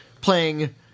playing